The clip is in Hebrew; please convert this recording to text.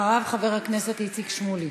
אחריו חבר הכנסת איציק שמולי.